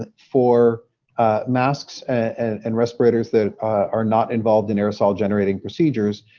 ah for masks and respirators that are not involved in aerosol generating procedures,